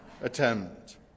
attempt